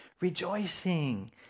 rejoicing